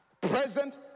present